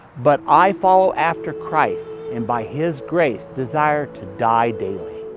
but i follow after christ, and by his grace desire to die daily.